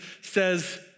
says